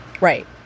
Right